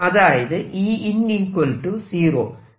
അതായത് Ein 0